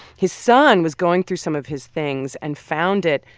his son was going through some of his things and found it,